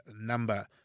number